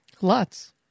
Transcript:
Lots